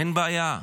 אין בעיה,